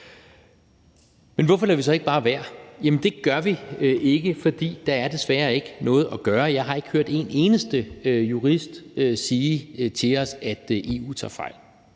Men hvorfor lader vi så ikke bare være? Jamen det gør vi ikke, fordi der desværre ikke er noget at gøre. Jeg har ikke hørt en eneste jurist sige til os, at EU tager fejl.